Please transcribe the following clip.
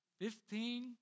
Fifteen